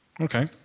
Okay